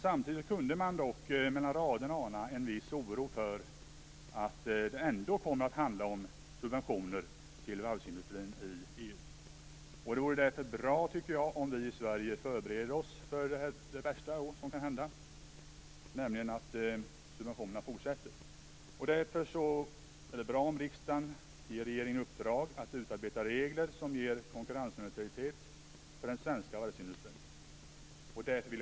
Samtidigt kunde man mellan raderna ana en viss oro för att det ändå kommer att handla om subventioner till varvsindustrin i EU. Det vore därför bra om vi i Sverige förberedde oss för det värsta som kan hända, nämligen att subventionerna fortsätter. Därför är det bra om riksdagen ger regeringen i uppdrag att utarbeta regler som ger konkurrensneutralitet för den svenska varvsindustrin.